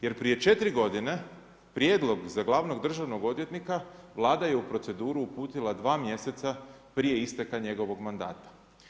Jer prije 4 g. prijedlog za gl. državnog odvjetnika, Vlada je u proceduru uputila 2 mjeseca prije isteka njegovog mandata.